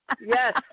Yes